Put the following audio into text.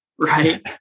right